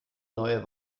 neue